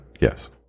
yes